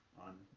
on